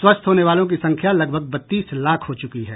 स्वस्थ होने वालों की संख्या लगभग बत्तीस लाख हो चुकी है